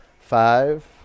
Five